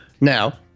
Now